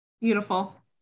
Beautiful